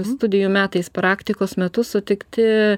studijų metais praktikos metu sutikti